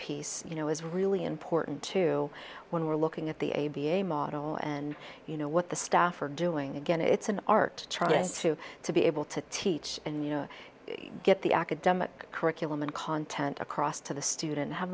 piece you know is really important to when we're looking at the a b a model and you know what the staff are doing again it's an art to try to to be able to teach and you know get the academic curriculum and content across to the student have